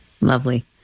Lovely